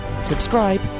subscribe